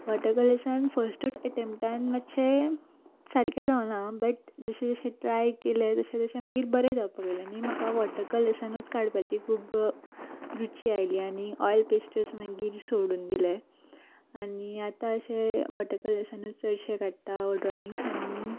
water कलर्सान फस्टूट एटेंप्टान मातशे सारकें जावना बट जशें जशें ट्राय केलें तशें तशें मागीर बरें जावपाक लायलें मागी म्हाका वॉटर कलर्सानूच काडपाची खूब रुची आयली आनी ऑयल पेस्टल्स मागीर सोडून दिले आनी आतां अशें वॉटर कलर्सानूच चडशें काडटा ड्रॉइंग्स आनी